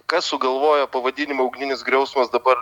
kas sugalvojo pavadinimą ugninis griausmas dabar